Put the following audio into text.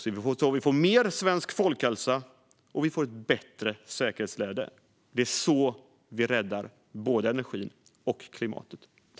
Det är så vi får mer svensk folkhälsa och ett bättre säkerhetsläge. Det är också så vi räddar både energin och klimatet.